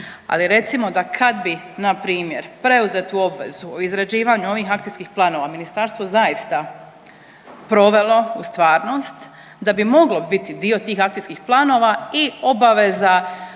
Ali recimo da kad bi npr. preuzetu obvezu izrađivanja ovih akcijskih planova ministarstvo zaista provelo u stvarnost da bi moglo biti dio tih akcijskih planova i obaveza